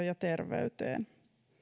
ja terveyteen